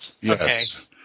Yes